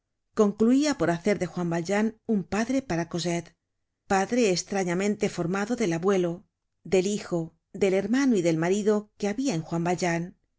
concluia por hacer de juan valjean un padre para cosette padre estrañamente formado del abuelo del hijo del hermano y del marido que habia en juan valjean